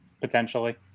potentially